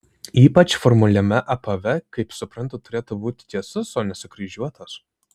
ypač formaliame apave kaip suprantu turėtų būti tiesus o ne sukryžiuotas